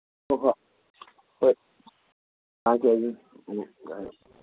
ꯍꯣꯏ ꯍꯣꯏ ꯍꯣꯏ